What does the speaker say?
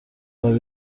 برای